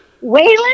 Waylon